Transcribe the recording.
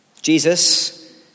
Jesus